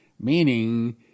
Meaning